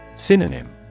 Synonym